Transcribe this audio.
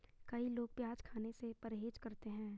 कई लोग प्याज खाने से परहेज करते है